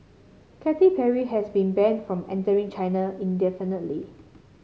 Katy Perry has been banned from entering China indefinitely